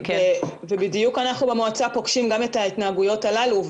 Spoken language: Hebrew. ובדיוק אנחנו במועצה פוגשים גם את ההתנהגויות הללו,